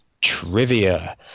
trivia